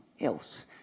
else